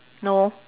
no